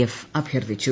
F അഭ്യർത്ഥിച്ചു